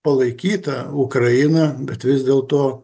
palaikyta ukraina bet vis dėlto